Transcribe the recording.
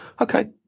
okay